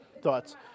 thoughts